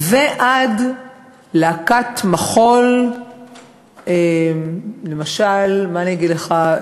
ועד להקת מחול למשל, מה אגיד לך?